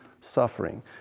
suffering